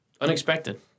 Unexpected